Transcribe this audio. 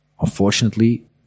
unfortunately